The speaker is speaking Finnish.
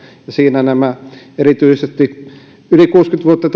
siinä erityisesti yli kuusikymmentä vuotta